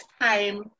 time